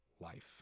life